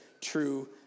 true